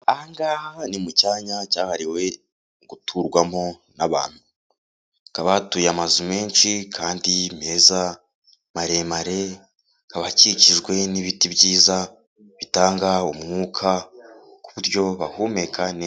Aha ngaha ni mu cyanya cyahariwe guturwamo n'abantu, akaba hatuye amazu menshi kandi meza maremare, akaba akikijwe n'ibiti byiza bitanga umwuka ku buryo bahumeka neza.